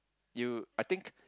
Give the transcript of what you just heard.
you I think